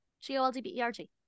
G-O-L-D-B-E-R-G